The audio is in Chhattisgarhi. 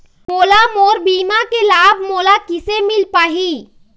मोला मोर बीमा के लाभ मोला किसे मिल पाही?